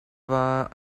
war